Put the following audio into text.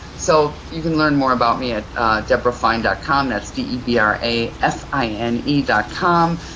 so you can learn more about me at debrafine dot com, that's d e b r a f i n e dot com.